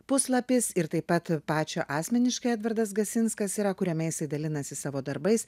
puslapis ir taip pat pačio asmeniškai edvardas gasinskas yra kuriame jis dalinasi savo darbais